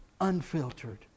unfiltered